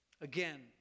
Again